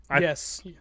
Yes